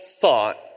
thought